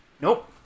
Nope